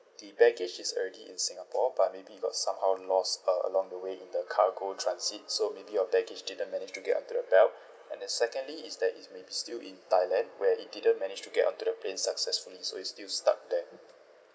the baggage is already in singapore but maybe it got somehow lost uh along the way in the cargo transit so maybe your baggage didn't manage to get onto the belt and then secondly is that it's maybe still in thailand where it didn't manage to get onto the plane successfully so it's still stuck there